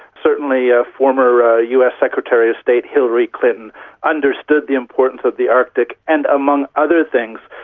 certainly ah former ah us secretary of state hillary clinton understood the importance of the arctic and, among other things,